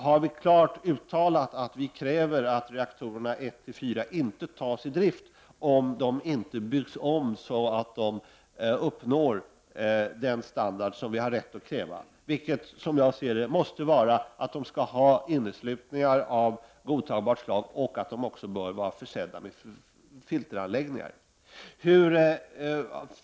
Har vi klart uttalat att vi kräver att reaktorerna 1-4 i Greifswald inte tas i drift om de inte byggs om så att de uppnår den standard som vi har rätt att kräva, vilket måste vara att de skall ha inneslutningar av godtagbart slag och att de bör vara försedda med filteranläggningar?